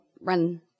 run